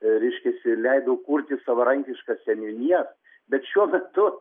reiškiasi leido kurti savarankišką seniūniją bet šiuo metu